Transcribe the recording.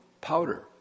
powder